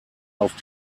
auf